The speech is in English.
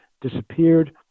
disappeared